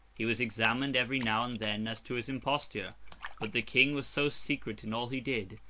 he was examined every now and then as to his imposture but the king was so secret in all he did,